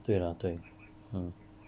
对 lah 对 mm